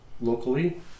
locally